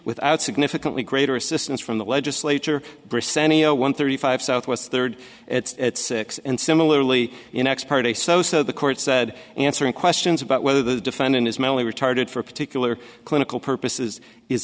without significantly greater assistance from the legislature grisanti zero one thirty five southwest third it's six and similarly in ex parte so so the court said answering questions about whether the defendant is mentally retarded for a particular clinical purposes is